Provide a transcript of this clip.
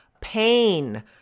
pain